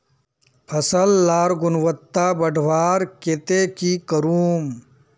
फसल लार गुणवत्ता बढ़वार केते की करूम?